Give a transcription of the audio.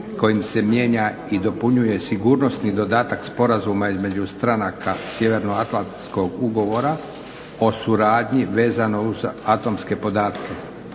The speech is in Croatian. kojim se mijenja i dopunjuje sigurnosni dodatak Sporazumu između stranaka Sjevernoatlantskog ugovora o suradnji vezano uz atomske podatke,